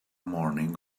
morning